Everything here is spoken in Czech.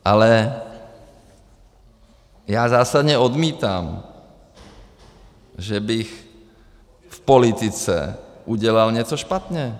Ale já zásadně odmítám, že bych v politice udělal něco špatně.